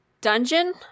dungeon